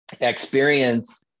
experience